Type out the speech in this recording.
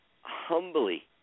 humbly